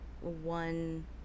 one